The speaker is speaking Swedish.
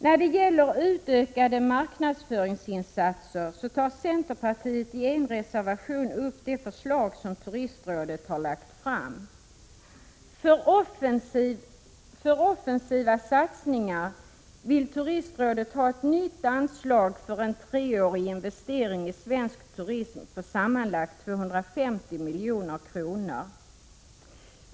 När det gäller utökade marknadsföringsinsatser tar centerpartiet i en reservation upp det förslag som Turistrådet har lagt fram. För offensiva satsningar vill Turistrådet ha ett nytt anslag för en treårig investering i svensk turism på sammanlagt 250 milj.kr.